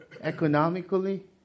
economically